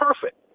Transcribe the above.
perfect